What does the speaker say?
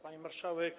Pani Marszałek!